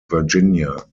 virginia